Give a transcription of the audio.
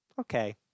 okay